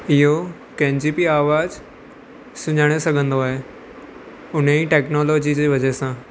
इहो कंहिंजी बि आवाज सुञाणे सघंदो आहे उनजी टैक्नोलॉजी जे वज़ह सां